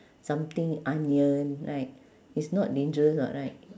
something onion right it's not dangerous [what] right